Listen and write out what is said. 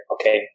okay